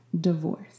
divorce